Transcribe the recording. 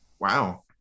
wow